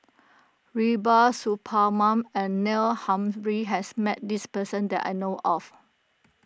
Rubiah Suparman and Neil Humphreys has met this person that I know of